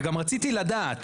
וגם רציתי לדעת,